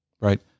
right